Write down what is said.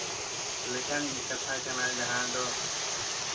ᱞᱮᱠᱟᱱ ᱠᱟᱛᱷᱟ ᱠᱟᱱᱟ ᱡᱟᱦᱟᱸ ᱫᱚ